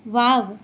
wow